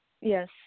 yes